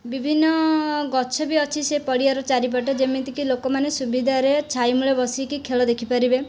ବିଭିନ୍ନ ଗଛ ବି ଅଛି ସେ ପଡ଼ିଆର ଚାରିପଟେ ଯେମିତିକି ଲୋକମାନେ ସୁବିଧାରେ ଛାଇ ମୂଳେ ବସିକି ଖେଳ ଦେଖି ପାରିବେ